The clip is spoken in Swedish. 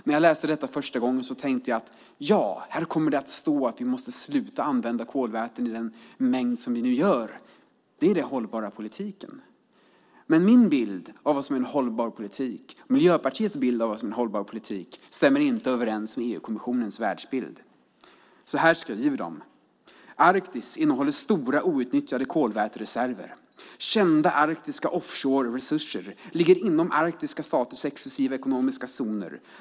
När jag läste detta första gången tänkte jag: Ja - här kommer det att stå att vi måste sluta använda kolväten i den mängd som vi nu gör. Det är den hållbara politiken! Men min och Miljöpartiets bild av vad som är hållbar politik stämmer inte överens med EU-kommissionens världsbild. Så här skriver kommissionen: Arktis innehåller stora outnyttjade kolvätereserver. Kända arktiska offshoreresurser ligger inom arktiska staters exklusiva ekonomiska zoner.